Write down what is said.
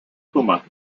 puma